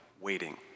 waiting